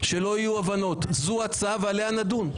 שלא יהיו אי הבנות: זו ההצעה ועליה נדון,